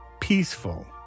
peaceful